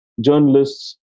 journalists